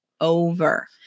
over